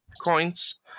coins